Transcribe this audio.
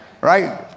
right